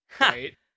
Right